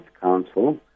Council